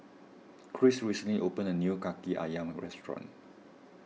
Cris recently opened a new Kaki Ayam restaurant